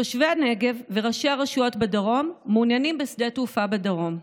תושבי הנגב וראשי הרשויות בדרום מעוניינים בשדה תעופה בדרום.